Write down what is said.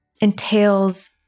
entails